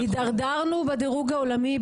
אנחנו הידרדרנו בדירוג העולמי,